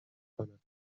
کنم